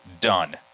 done